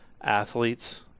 athletes